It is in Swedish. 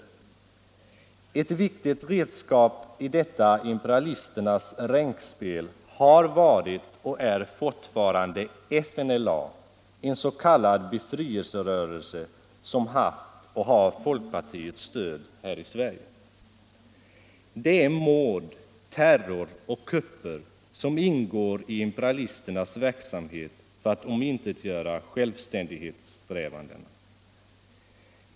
Ett viktigt redskap i detta imperialisternas ränkspel har varit och är fortfarande FNLA, en s.k. befrielserörelse som haft och har folkpartiets stöd här i Sverige. Det är mord, terror och kupper som ingår i imperialisternas verksamhet för att omintetgöra självständighetssträvanden.